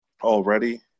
already